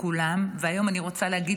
ואני רוצה להגיד